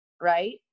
Right